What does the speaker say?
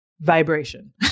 vibration